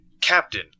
Captain